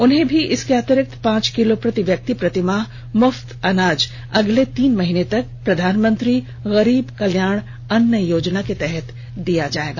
उन्हें भी इसके अतिरिक्त पांच किलो प्रति व्यक्ति प्रतिमाह मृफ्त अनाज अगले तीन महीने तक प्रधानमंत्री गरीब कल्याण अन्न योजना के तहत दिया जायेगा